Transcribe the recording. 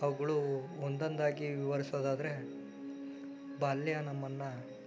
ಅವುಗಳು ಒಂದೊಂದಾಗಿ ವಿವರಿಸೋದಾದ್ರೆ ಬಾಲ್ಯ ನಮ್ಮನ್ನು